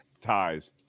ties